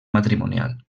matrimonial